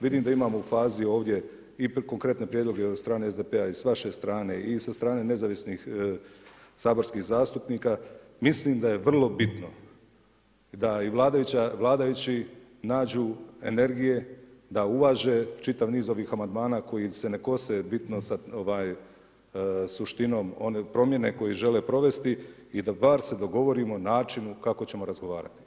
Vidim da imamo u fazi ovdje i konkretne prijedloge od strane SDP-a i sa vaše strane i sa strane nezavisnih saborskih zastupnika, mislim da je vrlo bitno da i vladajući nađu energije da uvaže čitav niz ovih amandmana koji se ne kose bitno sa suštinom promjene koje žele provesti i da se bar dogovorimo o načinu kako ćemo razgovarati.